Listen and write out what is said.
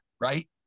Right